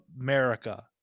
America